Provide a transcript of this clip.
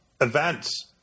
events